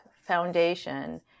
foundation